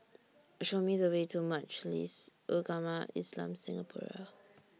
Show Me The Way to Majlis Ugama Islam Singapura